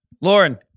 lauren